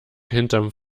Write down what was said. hinterm